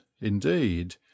indeed